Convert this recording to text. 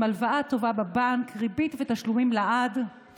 / עם הלוואה טובה בבנק / ריבית ותשלומים לעד /